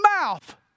mouth